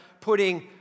putting